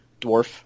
dwarf